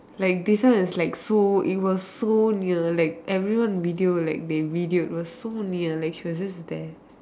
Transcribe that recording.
like this one is like so it was so near like everyone video like they videoed was so near like she was just there